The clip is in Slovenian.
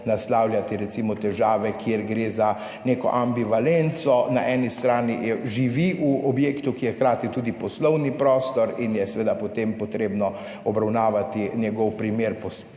naslavljati recimo težave, kjer gre za neko ambivalenco na eni strani živi v objektu, ki je hkrati tudi poslovni prostor in je seveda potem potrebno obravnavati njegov primer čisto